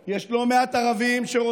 לא כל הערבים שונאים את עם ישראל,